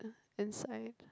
inside